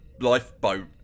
lifeboat